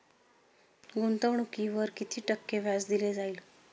गुंतवणुकीवर किती टक्के व्याज दिले जाईल?